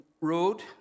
road